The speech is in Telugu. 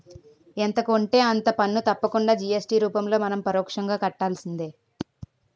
ఎంత కొంటే అంత పన్ను తప్పకుండా జి.ఎస్.టి రూపంలో మనం పరోక్షంగా కట్టాల్సిందే